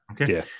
Okay